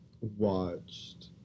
watched